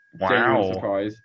Wow